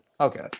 Okay